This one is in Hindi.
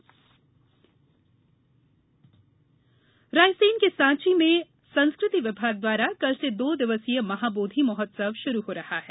महाबोद्वि महोत्सव रायसेन के साँची में संस्कृति विभाग द्वारा कल से दो दिवसीय महाबोधि महोत्सव शुरू हो रहा है